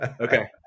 Okay